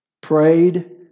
prayed